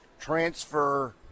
transfer